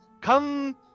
come